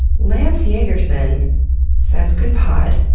lance jagerson says, good pod.